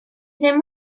ddim